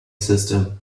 system